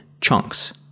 chunks